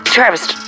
Travis